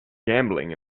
gambling